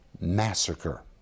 massacre